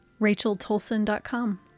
RachelTolson.com